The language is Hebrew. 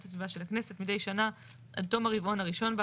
הסביבה של הכנסת מידי שנה על תום הרבעון הראשון בה,